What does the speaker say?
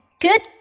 Good